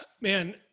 man